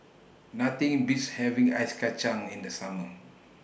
Nothing Beats having Ice Kachang in The Summer